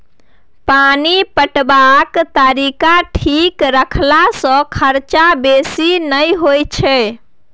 पानि पटेबाक तरीका ठीक रखला सँ खरचा बेसी नहि होई छै